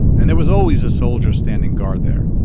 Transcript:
and there was always a soldier standing guard there.